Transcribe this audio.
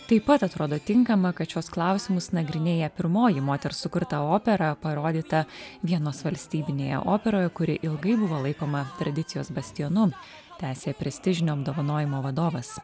taip pat atrodo tinkama kad šiuos klausimus nagrinėja pirmoji moters sukurta opera parodyta vienos valstybinėje operoje kuri ilgai buvo laikoma tradicijos bastionu tęsė prestižinio apdovanojimo vadovas